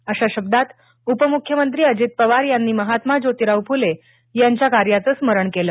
अशा शब्दात उपमुख्यमंत्री अजित पवार यांनी महात्मा जोतिराव फुले यांच्या कार्याचं स्मरण केलं